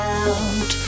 out